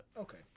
Okay